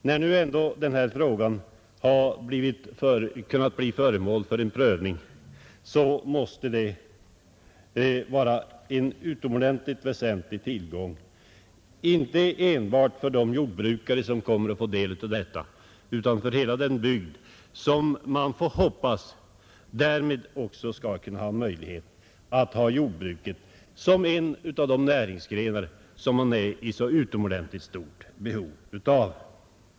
När nu ändå denna fråga har kommit att bli föremål för prövning, måste det vara en utomordentligt väsentlig tillgång, inte enbart för de jordbrukare som kommer att bli berörda utan för hela den bygd som, får vi hoppas, därmed också skall få tillfälle att ha jordbruket som en av de näringsgrenar som man är i så stort behov av.